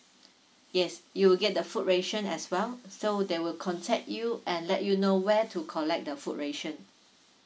yes you will get the food ration as well so they will contact you and let you know where to collect the food ration